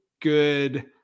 good –